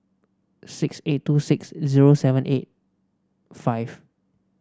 six eight two six zero seven eight five